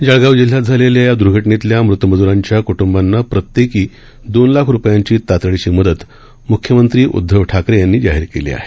जळगाव जिल्ह्यात झालेल्या द्र्घटनेतल्या मृत मज्रांच्या क्ट्ंबांना प्रत्येकी दोन लाख रुपयांची तातडीची मदत म्ख्यमंत्री उद्धव ठाकरे यांनी जाहीर केली आहे